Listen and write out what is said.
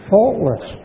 Faultless